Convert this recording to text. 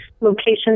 location